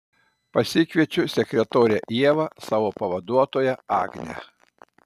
pasikviečiu sekretorę ievą savo pavaduotoją agnę